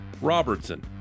Robertson